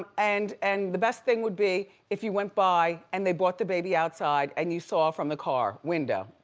and, and the best thing would be, if you went by and they brought the baby outside, and you saw from the car, window,